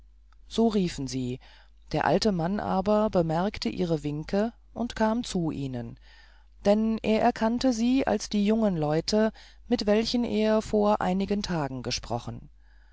so riefen sie der alte mann aber bemerkte ihre winke und kam zu ihnen denn er erkannte sie als die jungen leute mit welchen er vor einigen tagen gesprochen